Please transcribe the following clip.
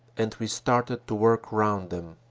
and we started to work round them.